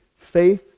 faith